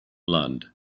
lund